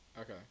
Okay